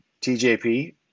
TJP